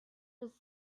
was